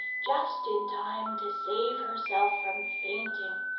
just in time to save herself from fainting.